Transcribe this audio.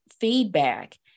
feedback